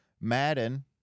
Madden